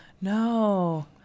No